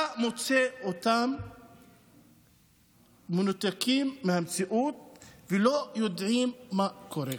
אתה מוצא אותם מנותקים מהמציאות ולא יודעים מה קורה.